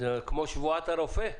זה כמו שבועת הרופא.